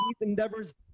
endeavors